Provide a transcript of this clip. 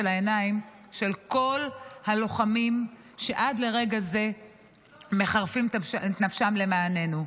העיניים של כל הלוחמים שעד לרגע זה מחרפים את נפשם למעננו,